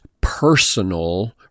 personal